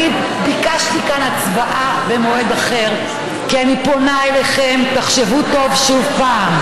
אני ביקשתי כאן הצבעה במועד אחרף כי אני פונה אליכם: תחשבו טוב עוד פעם.